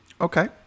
Okay